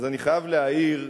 אז אני חייב להעיר,